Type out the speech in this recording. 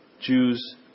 Jews